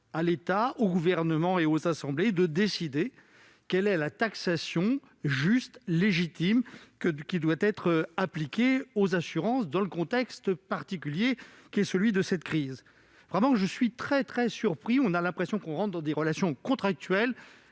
à l'État, au Gouvernement et aux assemblées de décider quelle est la taxation, juste et légitime, qui doit être appliquée aux assurances dans le contexte particulier de cette crise. Je le répète, je suis très surpris. On a l'impression que l'on traite de relations contractuelles,